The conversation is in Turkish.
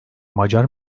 macar